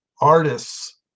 artists